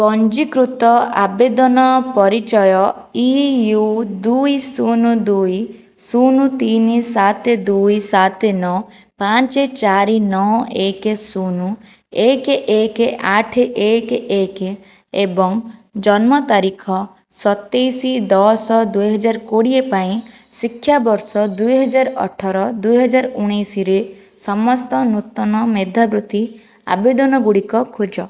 ପଞ୍ଜୀକୃତ ଆବେଦନ ପରିଚୟ ଇ ୟୁ ଦୁଇ ଶୁନ ଦୁଇ ଶୁନ ତିନି ସାତେ ଦୁଇ ସାତେ ନଅ ପାଞ୍ଚେ ଚାରି ନଅ ଏକେ ଶୁନ ଏକେ ଏକେ ଆଠେ ଏକେ ଏକେ ଏବଂ ଜନ୍ମ ତାରିଖ ସତେଇଶି ଦଶ ଦୁଇହଜାର କୋଡ଼ିଏ ପାଇଁ ଶିକ୍ଷାବର୍ଷ ଦୁଇହଜାରଅଠର ଦୁଇହଜାରଉଣେଇଶିରେ ସମସ୍ତ ନୂତନ ମେଧାବୃତ୍ତି ଆବେଦନ ଗୁଡ଼ିକ ଖୋଜ